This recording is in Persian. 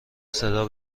صدا